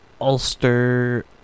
Ulster